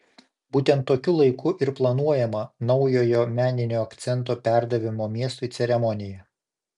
būtent tokiu laiku ir planuojama naujojo meninio akcento perdavimo miestui ceremonija